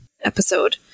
episode